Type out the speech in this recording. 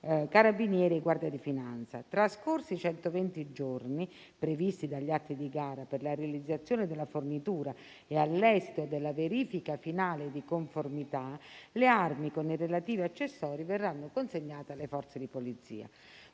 Carabinieri e Guardia di finanza. Trascorsi i centoventi giorni previsti dagli atti di gara per la realizzazione della fornitura e all'esito della verifica finale di conformità, le armi con i relativi accessori verranno consegnate alle Forze di polizia.